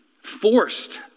forced